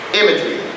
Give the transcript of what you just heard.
imagery